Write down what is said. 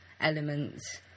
elements